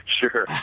Sure